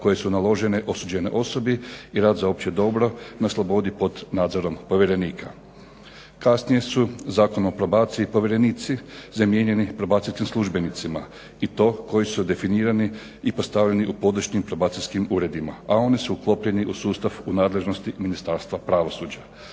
koje su naložene osuđenoj osobi i rad za opće dobro na slobodi pod nadzorom povjerenika. Kasnije su Zakonom o probaciji povjerenici zamijenjeni probacijskim službenicima i to koji su definirani i postavljeni u područnim probacijskim uredima, a oni su uklopljeni u sustav u nadležnosti Ministarstva pravosuđa.